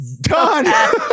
done